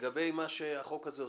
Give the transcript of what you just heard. לגבי מה שהחוק הזה עושה,